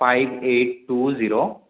five eight two zero